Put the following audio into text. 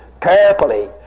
carefully